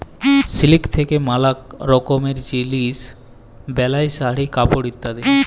silk থাক্যে ম্যালা রকমের জিলিস বেলায় শাড়ি, কাপড় ইত্যাদি